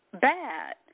bad